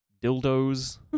dildos